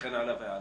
וכן הלאה והלאה.